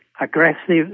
aggressive